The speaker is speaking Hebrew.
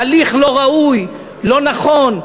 זה הליך לא ראוי, לא נכון.